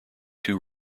too